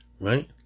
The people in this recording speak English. Right